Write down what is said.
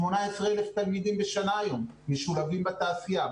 18,000 תלמידים בשנה היום משולבים בתעשייה.